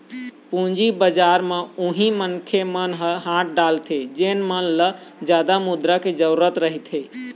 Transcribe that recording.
पूंजी बजार म उही मनखे मन ह हाथ डालथे जेन मन ल जादा मुद्रा के जरुरत रहिथे